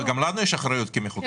--- אבל גם לנו יש אחריות כמחוקקים.